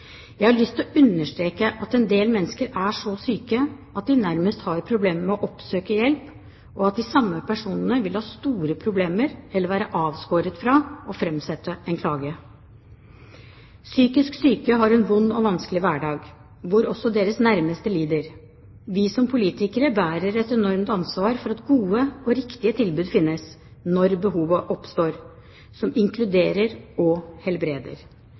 å understreke at en del mennesker er så syke at de nærmest har problemer med å oppsøke hjelp, og at de samme personene vil ha store problemer med eller vil være avskåret fra å framsette en klage. Psykisk syke har en vond og vanskelig hverdag, hvor også deres nærmeste lider. Vi som politikere bærer et enormt ansvar for at det finnes gode og riktige tilbud som inkluderer og helbreder når behovet oppstår.